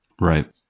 Right